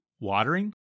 watering